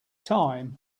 time